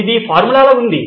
ఇది ఫార్ములా లాగా ఉంది